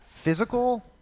physical